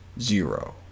zero